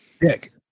Dick